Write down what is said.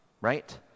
right